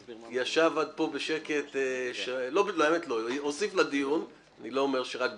ישב פה בשקט, הוסיף לדיון אני לא אומר שרק בשקט,